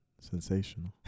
sensational